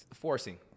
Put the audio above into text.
forcing